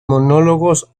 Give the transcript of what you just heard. monólogos